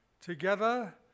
Together